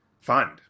fund